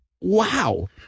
wow